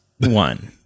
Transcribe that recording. one